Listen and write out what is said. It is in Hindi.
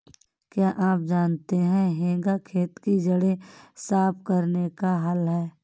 क्या आप जानते है हेंगा खेत की जड़ें साफ़ करने का हल है?